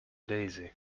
daisy